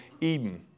Eden